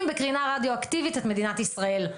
בקרינה רדיואקטיבית את מדינת ישראל.